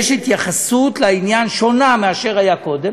יש התייחסות שונה לעניין מזו שהייתה קודם,